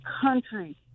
country